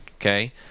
Okay